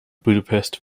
budapest